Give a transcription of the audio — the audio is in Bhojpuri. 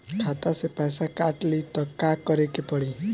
खाता से पैसा काट ली त का करे के पड़ी?